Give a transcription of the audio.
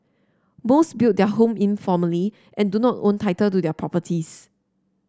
most built their home informally and do not own title to their properties